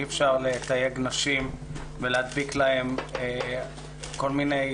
אי אפשר לתייג נשים ולהדביק להן כל מיני